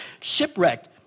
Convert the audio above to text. shipwrecked